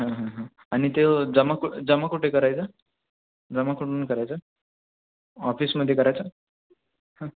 हां हां हां आणि तो जमा कु जमा कुठे करायचा जमा कुठून करायचा ऑफिसमध्ये करायचा हां